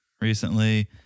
recently